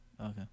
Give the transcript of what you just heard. Okay